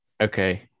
Okay